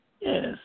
Yes